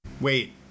Wait